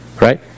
right